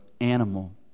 animal